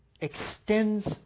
Extends